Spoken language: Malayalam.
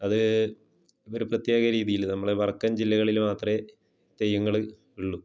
അത് ഒര് പ്രത്യേക രീതിയിൽ നമ്മളെ വടക്കൻ ജില്ലകളിൽ മാത്രമമേ തെയ്യങ്ങൾ ഉള്ളു